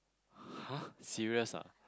har serious ah